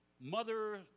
Mother